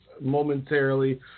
momentarily